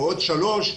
בעוד שלושה שבועות,